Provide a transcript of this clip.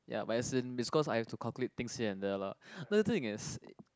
ya but as in is cause I have to calculate things here and there lah no the thing is